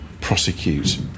prosecute